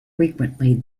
frequently